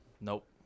Nope